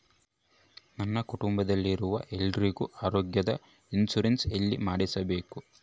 ನನ್ನ ಕುಟುಂಬದಲ್ಲಿರುವ ಎಲ್ಲರಿಗೂ ಆರೋಗ್ಯದ ಇನ್ಶೂರೆನ್ಸ್ ಎಲ್ಲಿ ಮಾಡಿಸಬೇಕು?